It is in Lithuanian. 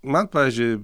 man pavyzdžiui